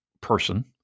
person